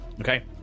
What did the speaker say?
Okay